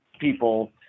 people –